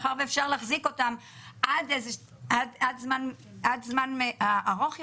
מאחר שאפשר להחזיק אותם עד זמן ארוך יותר,